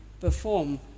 perform